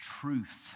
truth